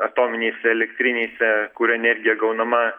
atominėse elektrinėse kur energija gaunama